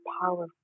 powerful